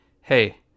hey